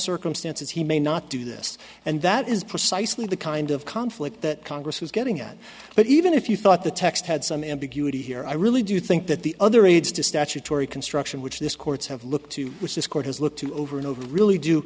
circumstances he may not do this and that is precisely the kind of conflict that congress was getting at but even if you thought the text had some ambiguity here i really do think that the other reads to statutory construction which this courts have looked to which this court has looked to over and over really do